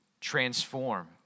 transform